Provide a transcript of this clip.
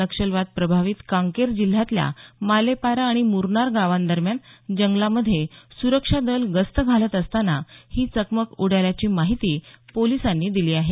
नक्षलवाद प्रभावित कांकेर जिल्ह्यातल्या मालेपारा आणि मुरनार गावांदरम्यान जंगलामध्ये सुरक्षा दल गस्त घालत असताना ही चकमक उडाल्याची माहिती पोलिसांनी दिली आहे